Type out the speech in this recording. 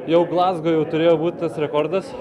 jau glazgo jau turėjo būt tas rekordas